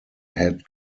head